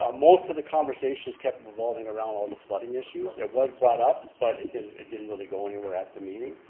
ah most of the conversations kept revolving around all the flooding issues. it was brought up but it didn't it didn't really go anywhere at the meeting.